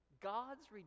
God's